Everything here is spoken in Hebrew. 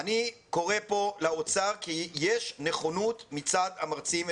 אני קורא כאן לאוצר כי יש נכונות מצד המרצים ונציגיהם,